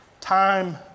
time